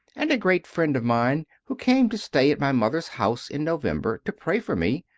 and a great friend of mine, who came to stay at my mother s house in november, to pray for me,